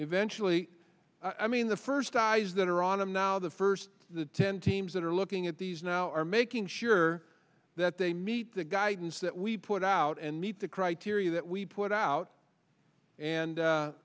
eventually i mean the first guys that are on i'm now the first the ten teams that are looking at these now are making sure that they meet the guidance that we put out and meet the criteria that we put out and